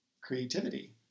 creativity